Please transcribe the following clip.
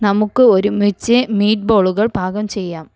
നമുക്ക് ഒരുമിച്ച് മീറ്റ് ബോളുകൾ പാകം ചെയ്യാം